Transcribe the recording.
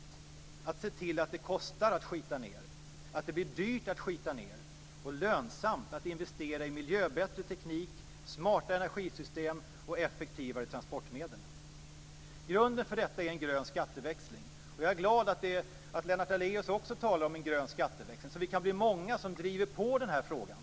Vår uppgift är att se till att det kostar att skita ned, att det blir dyrt att skita ned, och lönsamt att investera i miljöbättre teknik, smartare energisystem och effektivare transportmedel. Grunden för detta är en grön skatteväxling, och jag är glad att Lennart Daléus också talar om en grön skatteväxling, så att vi kan bli många som driver på den här frågan.